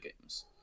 games